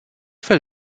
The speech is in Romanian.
fel